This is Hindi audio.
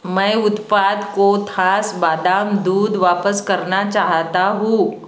मैं उत्पाद कोथास बादाम दूध वापस करना चाहता हूँ